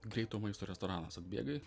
greito maisto restoranas atbėgai